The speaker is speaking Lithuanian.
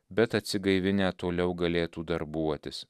bet atsigaivinę toliau galėtų darbuotis